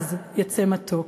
מהעז יצא מתוק.